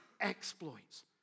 exploits